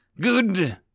Good